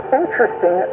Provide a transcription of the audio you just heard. interesting